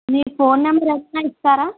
మీ phone number ఒకసారి ఇస్తారా